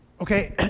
okay